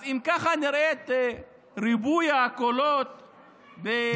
אז אם ככה נראה ריבוי הקולות בכנסת,